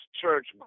church